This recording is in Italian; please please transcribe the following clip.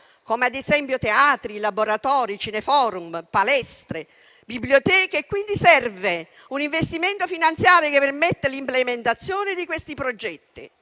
come ad esempio teatri, laboratori, cineforum, palestre e biblioteche. Serve quindi un investimento finanziario che permetta l'implementazione di questi progetti.